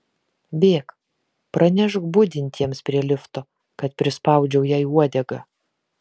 bėk pranešk budintiems prie lifto kad prispaudžiau jai uodegą